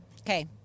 Okay